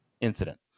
incident